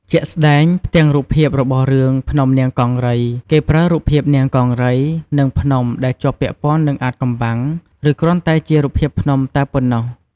ជាក់ស្ដែង ផ្ទាំងរូបភាពរបស់រឿង 'ភ្នំនាងកង្រី' គេប្រើរូបភាពនាងកង្រី និងភ្នំដែលជាប់ពាក់ព័ន្ធនឹងអាថ៌កំបាំង ឬគ្រាន់តែជារូបភាពភ្នំតែប៉ុណ្ណោះ។